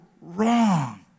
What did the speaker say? wrong